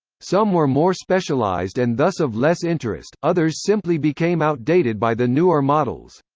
some were more specialized and thus of less interest others simply became outdated by the newer models.